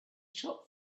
shop